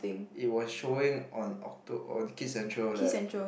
it was showing on Okto or KidsCentral leh